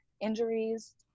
injuries